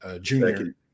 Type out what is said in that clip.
Junior